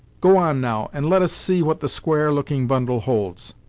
go on, now, and let us see what the square looking bundle holds.